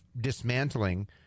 dismantling